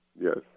Yes